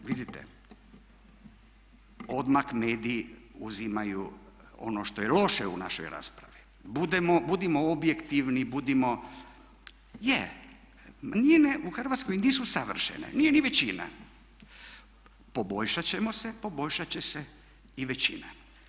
Vidite, odmah mediji uzimaju ono što je loše u našoj raspravi, budimo objektivni, budimo, je, manjine u Hrvatskoj nisu savršene, nije ni većina, poboljšati ćemo se, poboljšati će se i većina.